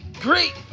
great